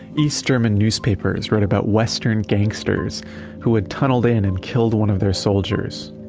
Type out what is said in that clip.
east german newspapers wrote about west german gangsters who had tunneled in and killed one of their soldiers.